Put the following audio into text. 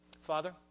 Father